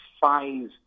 five